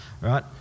right